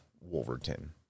Wolverton